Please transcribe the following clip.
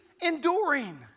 enduring